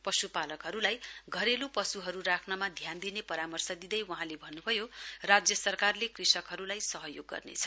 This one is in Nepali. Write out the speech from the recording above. पश्पालकहरूलाई घरेलु पश्हरू ध्यान दिने परमर्श दिँदै वहाँले भन्नभयो राज्य सरकारले कृषकहरूलाई सहयोग गर्नेछ